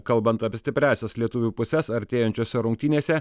kalbant apie stipriąsias lietuvių puses artėjančiose rungtynėse